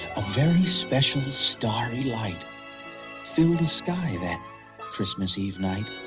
a very special starry light filled the sky that christmas eve night.